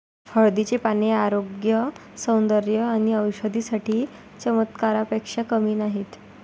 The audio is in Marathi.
हळदीची पाने आरोग्य, सौंदर्य आणि औषधी साठी चमत्कारापेक्षा कमी नाहीत